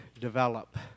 develop